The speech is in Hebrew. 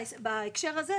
בהקשר הזה,